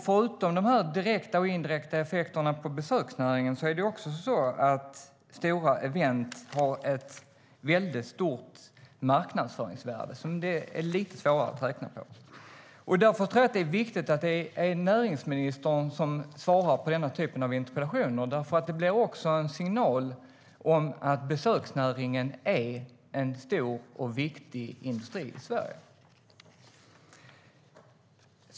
Förutom de direkta och indirekta effekterna på besöksnäringen har stora event ett stort marknadsvärde, som det är lite svårare att räkna på. Det är viktigt att det är näringsministern som svarar på denna typ av interpellation eftersom det ger en signal om att besöksnäringen är en stor och viktig industri i Sverige.